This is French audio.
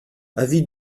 avis